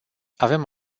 avem